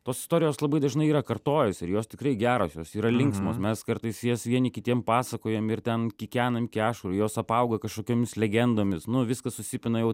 tos istorijos labai dažnai yra kartojasi ir jos tikrai geros jos yra linksmos mes kartais jas vieni kitiem pasakojam ir ten kikenam iki ašarų jos apauga kažkokiomis legendomis nu viskas susipina jau